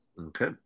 Okay